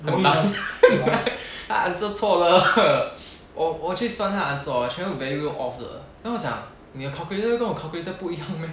很难 他 answer 错的 我我去算他 answer hor 全部 value 都 off 的 then 我想你的 calculator 跟我 calculator 不一样 meh